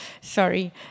Sorry